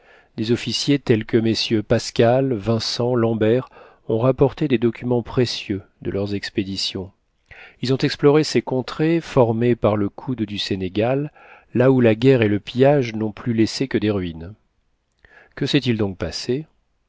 des officiers tels que mm pascal vincent lambert ont rapporté des documents précieux de leurs expéditions ils ont exploré ces contrées formées par le coude du sénégal là où la guerre et le pillage n'ont plus laissé que des ruines que s'est-il donc passé